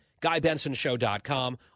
GuyBensonShow.com